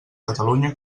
catalunya